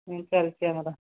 ଏମିତି ଚାଲିଛି ଆମର